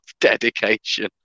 dedication